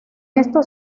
esto